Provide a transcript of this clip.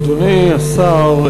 אדוני השר,